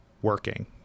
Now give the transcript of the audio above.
working